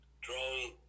drawing